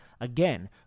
Again